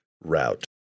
route